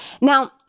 Now